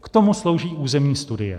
K tomu slouží územní studie.